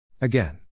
Again